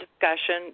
discussion